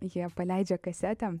jie paleidžia kasetę